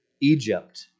Egypt